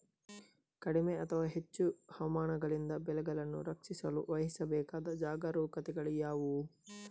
ಕಡಿಮೆ ಅಥವಾ ಹೆಚ್ಚು ಹವಾಮಾನಗಳಿಂದ ಬೆಳೆಗಳನ್ನು ರಕ್ಷಿಸಲು ವಹಿಸಬೇಕಾದ ಜಾಗರೂಕತೆಗಳು ಯಾವುವು?